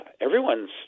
everyone's